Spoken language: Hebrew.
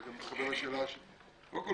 וזה גם מתחבר לשאלה קודם כל,